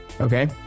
Okay